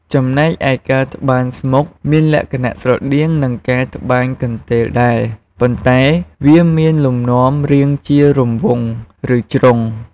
ចំណែកឯការត្បាញស្មុកមានលក្ខណៈស្រដៀងនឹងការត្បាញកន្ទេលដែរ ប៉ុន្តែវាមានលំនាំរាងជារង្វង់ ឬជ្រុង។